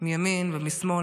מימין ומשמאל,